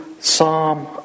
Psalm